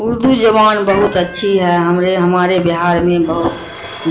اردو زبان بہت اچھی ہے ہمارے ہمارے بہار میں بہت